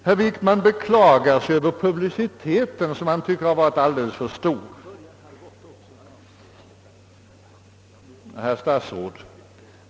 Herr Wickman beklagar sig över publiciteten som han tycker har varit alldeles för stor. Herr statsråd!